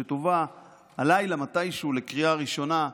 שתובא הלילה מתישהו לקריאה ראשונה,